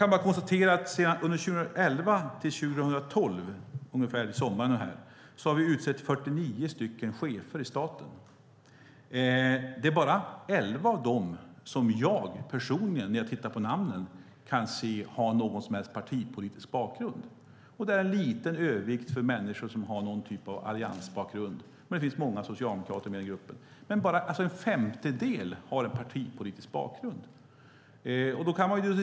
Under 2011 och 2012 - fram till sommaren - har vi utsett 49 chefer i staten. Bara elva av dem har, såvitt jag kan se, någon som helst partipolitisk bakgrund. Det är en liten övervikt för människor med någon typ av alliansbakgrund, men det finns också många socialdemokrater i gruppen. Det är alltså bara en femtedel som har en partipolitisk bakgrund.